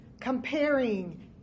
comparing